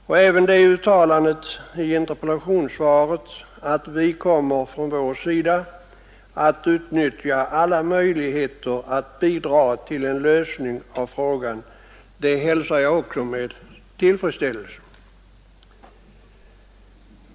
Och uttalandet i svaret att vi från vår sida kommer att utnyttja alla möjligheter att bidra till en lösning av frågan hälsar jag också med tillfredsställelse.